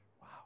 Wow